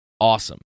awesome